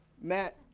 Matt